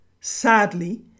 Sadly